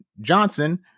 Johnson